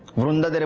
vrunda!